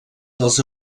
dels